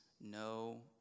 no